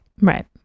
Right